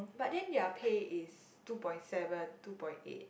but then their pay is two point seven two point eight